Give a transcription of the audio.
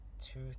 two